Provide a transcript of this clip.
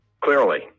clearly